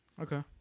okay